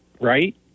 right